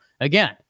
again